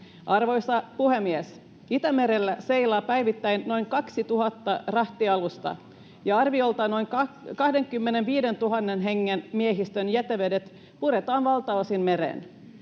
Arvoisa puhemies! Itämerellä seilaa päivittäin noin 2 000 rahtialusta, ja arviolta noin 25 000 hengen miehistöjen jätevedet puretaan valtaosin mereen.